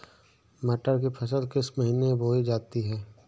मटर की फसल किस महीने में बोई जाती है?